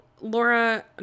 Laura